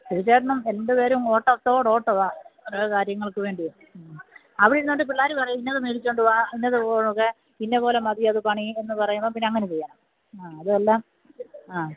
സുദിച്ചേട്ടനും രണ്ടു പേരും ഓട്ടത്തോട് ഓട്ടമാണ് ഓരോ കാര്യങ്ങൾക്കു വേണ്ടിയെ അവിടെ ഇരുന്നുകൊണ്ട് പിള്ളേര് പറയും ഇന്നത് മേടിച്ചുകൊണ്ട് വാ ഇന്നത് പോ എന്നൊക്കെ ഇന്നത് പോലെ മതി അത് പണി എന്ന് പറയുമ്പം പിന്നെ അങ്ങനെ ചെയ്യണം ആ അതെല്ലാം ആ